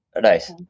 Nice